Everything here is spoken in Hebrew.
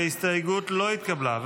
ההסתייגות לא התקבלה.